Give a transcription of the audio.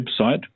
website